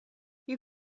you